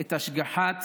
את השגחת